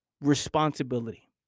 responsibility